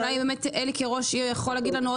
אולי אלי כראש עיר יכול להגיד לנו עוד